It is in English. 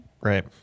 right